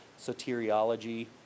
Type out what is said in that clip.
soteriology